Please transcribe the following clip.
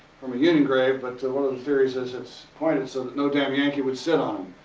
from a union grave. but and one of the theories is it's pointed so no damn yankee would sit on